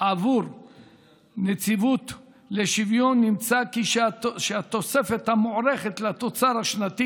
עבור נציבות השוויון נמצא שהתוספת המוערכת לתוצר השנתי